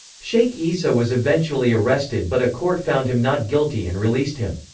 sheikh issa was eventually arrested but a court found him not guilty and released him.